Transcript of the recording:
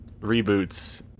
reboots